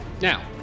Now